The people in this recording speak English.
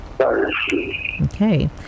Okay